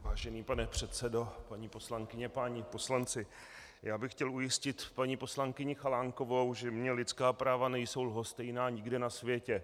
Vážený pane předsedo, paní poslankyně, páni poslanci, já bych chtěl ujistit paní poslankyni Chalánkovou, že mě lidská práva nejsou lhostejná nikde na světě.